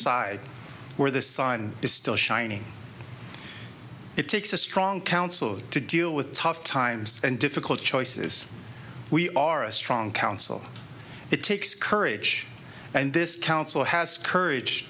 side where the sun is still shining it takes a strong counsel to deal with tough times and difficult choices we are a strong counsel it takes courage and this counsel has courage